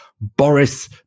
Boris